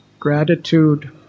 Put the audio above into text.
Gratitude